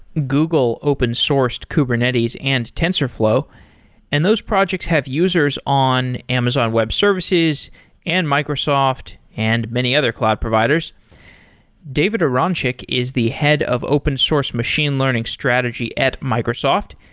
google open sourced kubernetes and tensorflow and those projects have users on amazon web services and microsoft and many other cloud providers david aronchick is the head of open source machine learning strategy at microsoft.